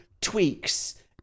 tweaks